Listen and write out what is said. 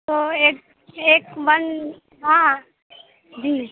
تو ایک ایک من ہاں جی